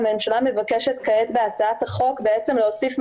המגבלות המוצעות